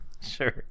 Sure